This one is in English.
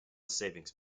savings